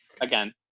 again